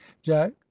jack